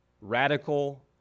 radical